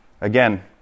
Again